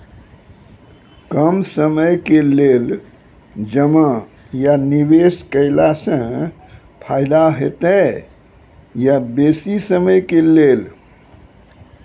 कम समय के लेल जमा या निवेश केलासॅ फायदा हेते या बेसी समय के लेल?